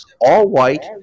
all-white